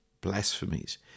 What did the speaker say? blasphemies